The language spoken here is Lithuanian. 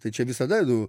tai čia visada nu